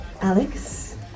Alex